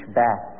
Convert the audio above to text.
back